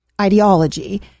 ideology